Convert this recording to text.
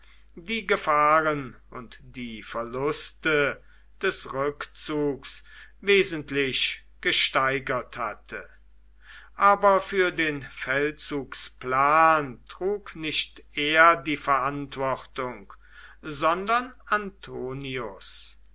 die gefahren und die verluste des rückzugs wesentlich gesteigert hatte aber für den feldzugsplan trug nicht er die verantwortung sondern antonius